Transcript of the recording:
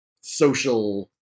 social